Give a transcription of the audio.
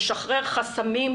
לשחרר חסמים,